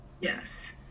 Yes